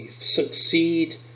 succeed